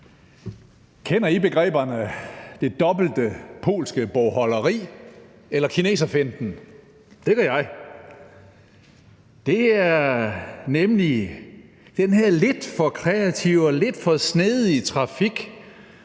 Kender I begreberne: Det dobbelte polske bogholderi eller kineserfinten? Det gør jeg. Det er nemlig den her lidt for kreative og lidt for snedige trafik,